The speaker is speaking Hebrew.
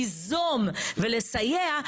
ליזום ולסייע,